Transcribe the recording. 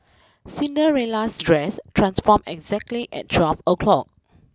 Cinderella's dress transformed exactly at twelve o'clock